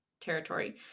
territory